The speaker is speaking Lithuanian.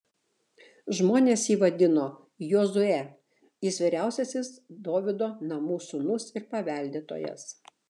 žmonės jį vadino jozue jis vyriausiasis dovydo namų sūnus ir paveldėtojas